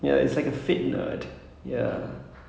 ya so I feel like mm